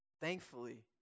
Thankfully